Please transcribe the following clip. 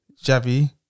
Javi